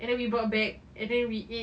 and then we brought back and then we ate